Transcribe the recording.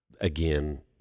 Again